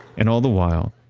and all the while,